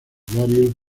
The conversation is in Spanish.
varios